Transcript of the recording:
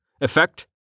Effect